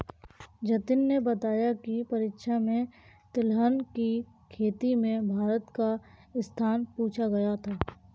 जतिन ने बताया की परीक्षा में तिलहन की खेती में भारत का स्थान पूछा गया था